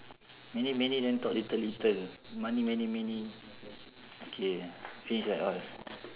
many many then talk little little money many many K finish right all